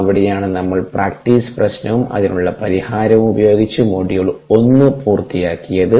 അവിടെയാണ് നമ്മൾ പ്രാക്ടീസ് പ്രശ്നവും അതിനുള്ള പരിഹാരവും ഉപയോഗിച്ച് മൊഡ്യൂൾ ഒന്ന് പൂർത്തിയാക്കിയത്